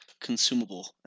consumable